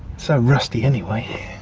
so rusty anyway.